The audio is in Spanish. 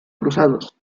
cruzados